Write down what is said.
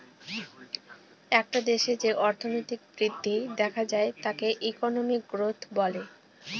একটা দেশে যে অর্থনৈতিক বৃদ্ধি দেখা যায় তাকে ইকোনমিক গ্রোথ বলে